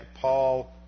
Paul